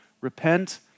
repent